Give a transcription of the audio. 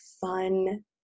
fun